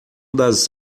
das